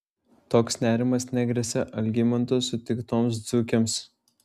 toks nerimas negresia algimanto sutiktoms dzūkėms